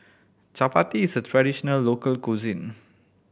Chapati is a traditional local cuisine